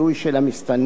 קשה מאוד,